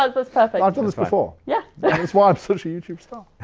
ah was perfect. i've done this before. yeah that's why i'm such a youtube star.